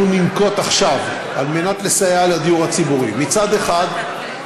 ננקוט עכשיו כדי לסייע לדיור הציבורי: מצד אחד,